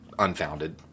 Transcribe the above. unfounded